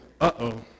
Uh-oh